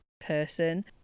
person